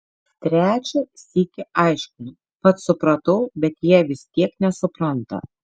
trečią sykį aiškinu pats supratau bet jie vis tiek nesupranta